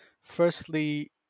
firstly